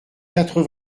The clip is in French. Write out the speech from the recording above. quatre